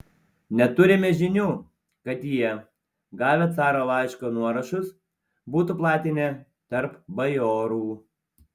neturime žinių kad jie gavę caro laiško nuorašus būtų platinę tarp bajorų